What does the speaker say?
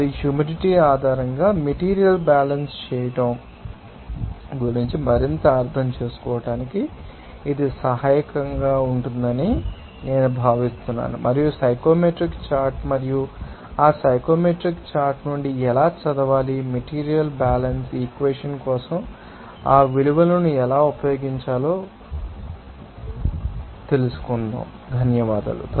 మరియు హ్యూమిడిటీ ఆధారంగా material balance చేయడం గురించి మరింత అర్థం చేసుకోవడానికి ఇది సహాయకరంగా ఉంటుందని నేను భావిస్తున్నాను మరియు ఆ సైకోమెట్రిక్ చార్ట్ మరియు ఆ సైకోమెట్రిక్ చార్ట్ నుండి ఎలా చదవాలి మెటీరియల్ బ్యాలెన్స్ ఈక్వేషన్ కోసం ఆ విలువలను ఎలా ఉపయోగించాలో ధన్యవాదాలు